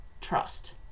trust